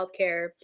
healthcare